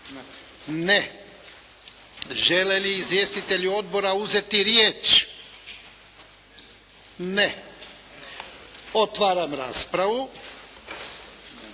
Ne. Žele li izvjestitelji odbora uzeti riječ? Ne. Otvaram raspravu.